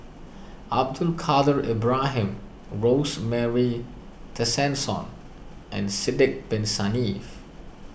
Abdul Kadir Ibrahim Rosemary Tessensohn and Sidek Bin Saniff